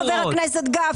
חבר הכנסת גפני.